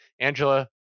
Angela